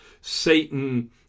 Satan